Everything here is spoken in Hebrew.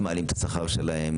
מעלים את השכר שלהם,